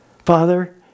Father